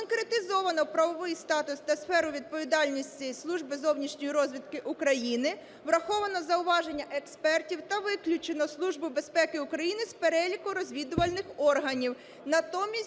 Конкретизовано правовий статус та сферу відповідальності Служби зовнішньої розвідки України. Враховано зауваження експертів та виключено Службу безпеки України з переліку розвідувальних органів.